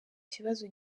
kibazo